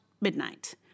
midnight